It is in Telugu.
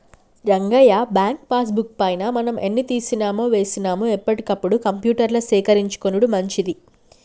రంగయ్య బ్యాంకు పాస్ బుక్ పైన మనం ఎన్ని తీసినామో వేసినాము ఎప్పటికప్పుడు కంప్యూటర్ల సేకరించుకొనుడు మంచిది